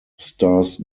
stars